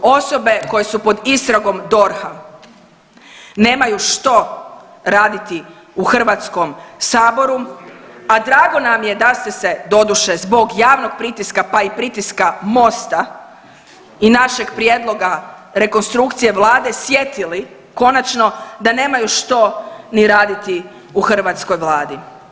Osobe koje su pod istragom DORH-a nemaju što raditi u Hrvatskom saboru, a drago nam je da ste se doduše zbog javnog pritiska, pa i pritiska MOST-a i našeg prijedloga rekonstrukcije Vlade sjetili konačno da nemaju što ni raditi u hrvatskoj Vladi.